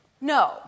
No